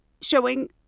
showing